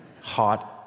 Hot